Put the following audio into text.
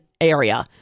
area